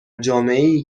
جامعهای